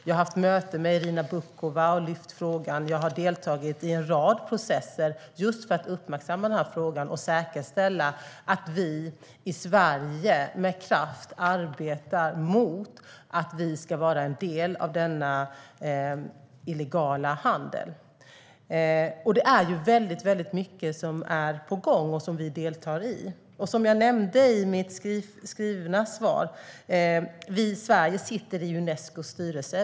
Jag har haft möten med Irina Bokova och lyft frågan. Jag har deltagit i en rad processer, just för att uppmärksamma frågan och säkerställa att vi i Sverige med kraft arbetar mot att vara en del av denna illegala handel. Det är mycket som är på gång och som vi deltar i. Som jag nämnde i svaret sitter Sverige i Unescos styrelse.